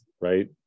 right